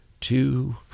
two